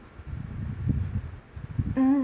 mm